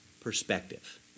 perspective